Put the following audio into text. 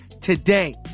today